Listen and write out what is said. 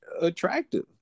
attractive